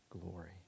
glory